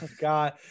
God